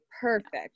perfect